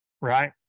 right